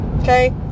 Okay